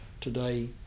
today